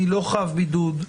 מי לא חב בידוד.